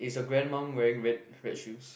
is your grandmum wearing red red shoes